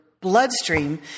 bloodstream